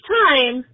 time